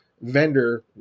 vendor